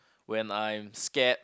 when I'm scared